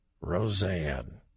roseanne